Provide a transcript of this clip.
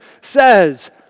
says